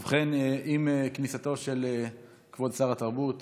ובכן, עם כניסתו של כבוד שר התרבות